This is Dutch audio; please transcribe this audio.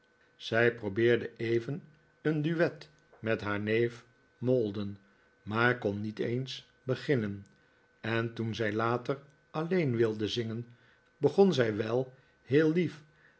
zij probeerde even een duet met haar neef maldon maar kon niet eens beginnen en toen zij later alleen wilde zingen begon zij wel heel lief